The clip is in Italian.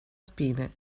spine